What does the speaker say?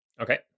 Okay